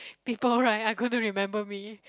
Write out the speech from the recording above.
people right are gonna remember me